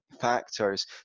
factors